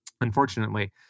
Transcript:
unfortunately